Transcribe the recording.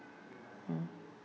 mm